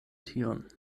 tion